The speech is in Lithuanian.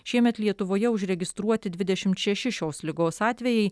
šiemet lietuvoje užregistruoti dvidešimt šeši šios ligos atvejai